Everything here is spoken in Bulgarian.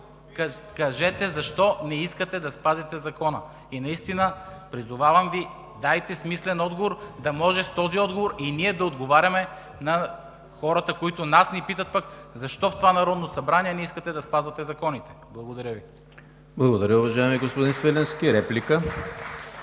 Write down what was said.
Кажете защо не искате да спазите закона? И наистина, призовавам Ви: дайте смислен отговор, да може с този отговор и ние да отговаряме на хората, които нас ни питат защо в това Народно събрание не искате да спазвате законите? Благодаря Ви. (Ръкопляскания от „БСП за